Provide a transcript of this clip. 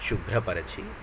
శుభ్రపరచి